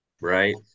right